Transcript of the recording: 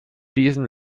diesen